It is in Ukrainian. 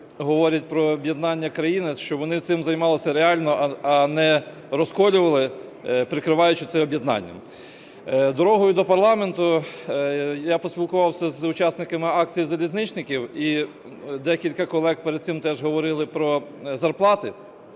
говорять про об'єднання країни, щоб вони цим займалися реально, а не розколювали, прикриваючи це об'єднанням. Дорогою до парламенту я поспілкувався з учасниками акції залізничників, і декілька колег перед цим теж говорили про зарплати.